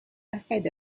ahead